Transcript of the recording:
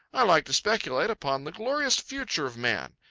i like to speculate upon the glorious future of man.